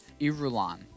irulan